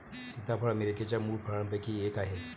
सीताफळ अमेरिकेच्या मूळ फळांपैकी एक आहे